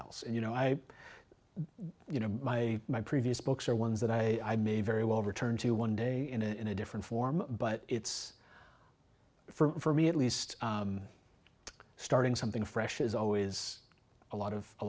and you know i you know my my previous books are ones that i may very well return to one day in a different form but it's for me at least starting something fresh is always a lot of a